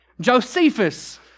Josephus